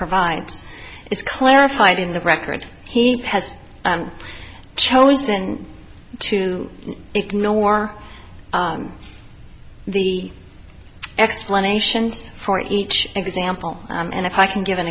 provides is clarified in the record he has chosen to ignore the explanations for each example and if i can give an